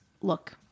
look